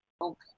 Okay